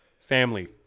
Family